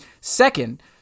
Second